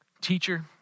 teacher